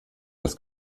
das